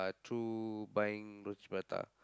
through buying roti-prata